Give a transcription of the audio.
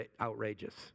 outrageous